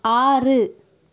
ஆறு